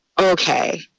okay